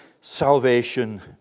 salvation